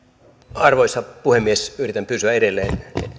arvoisa puhemies yritän pysyä edelleen